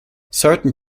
certain